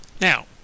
Now